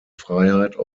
freiheit